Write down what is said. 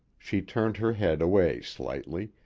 she turned her head away slightly,